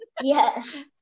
Yes